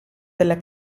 della